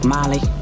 Molly